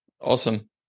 Awesome